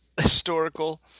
historical